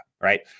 right